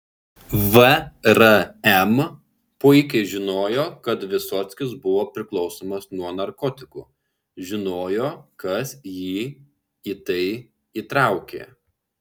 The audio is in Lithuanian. vrm puikiai žinojo kad vysockis buvo priklausomas nuo narkotikų žinojo kas jį į tai įtraukė